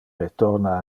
retorna